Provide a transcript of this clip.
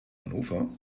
hannover